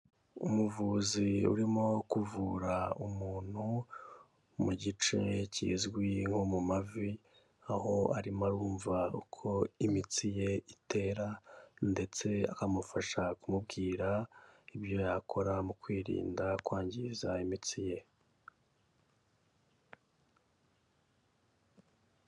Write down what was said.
Umuvuzi urimo kuvura umuntu mu gice kizwi nko mu mavi, aho arimo arumva uko imitsi ye itera ndetse akamufasha kumubwira ibyo yakora mu kwirinda kwangiza imitsi ye.